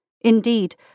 Indeed